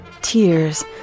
tears